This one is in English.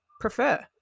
prefer